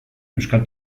euskal